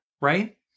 right